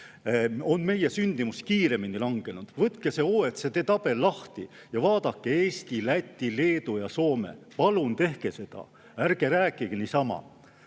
on meie sündimus kiiremini langenud. Võtke see OECD tabeli lahti ja vaadake Eesti, Läti, Leedu ja Soome [andmeid]. Palun tehke seda, ärge rääkige niisama!